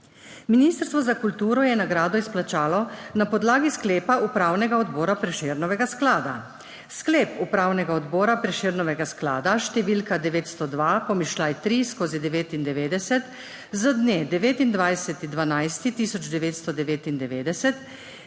Ministrstvo za kulturo je nagrado izplačalo na podlagi sklepa upravnega odbora Prešernovega sklada. Sklep Upravnega odbora Prešernovega sklada številka 902-3/99 z dne 29. 12. 1999